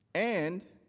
and,